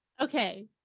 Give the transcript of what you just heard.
Okay